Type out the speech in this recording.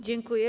Dziękuję.